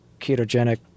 ketogenic